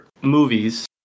movies